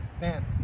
man